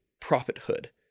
prophethood